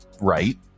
right